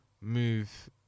move